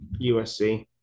USC